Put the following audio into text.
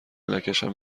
نکشن